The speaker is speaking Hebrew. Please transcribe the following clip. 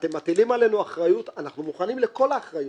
אתם מטילים עלינו אחריות אנחנו מוכנים לכל האחריות,